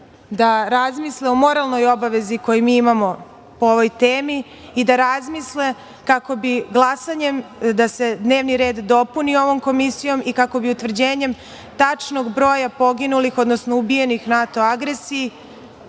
da razmisle o moralnoj obavezi koju imamo po ovoj temi i da razmisle kako bi glasanjem se dnevni red dopunio ovom komisijom i kako bi utvrđenjem tačnog broja poginulih, odnosno ubijenih u NATO agresiji,